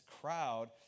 crowd